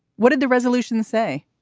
what did the resolution say?